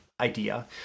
idea